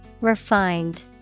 Refined